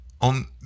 on